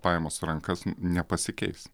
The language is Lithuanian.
pajamos į rankas nepasikeis